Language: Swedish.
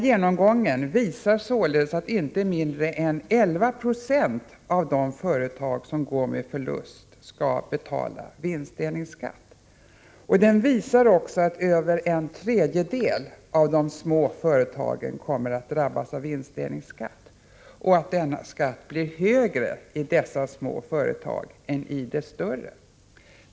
Genomgången visar att inte mindre än 11 96 av de företag som går med förlust skall betala vinstdelningsskatt. Den visar också att över en tredjedel av de små företagen kommer att drabbas av vinstdelningsskatt och att denna skatt blir högre i dessa små företag än i de större.